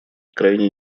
крайне